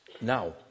Now